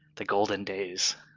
the golden days.